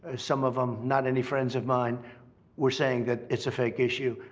ah some of them not any friends of mine were saying that it's a fake issue,